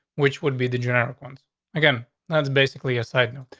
which would be the generic ones again. that's basically aside now.